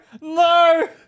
No